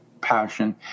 passion